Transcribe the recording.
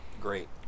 Great